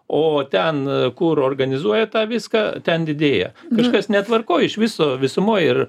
o ten kur organizuoja tą viską ten didėja kažkas netvarkoj iš viso visumoj ir